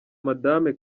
madame